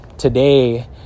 Today